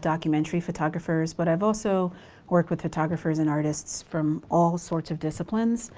documentary photographers. but i've also worked with photographers and artists from all sorts of disciplines.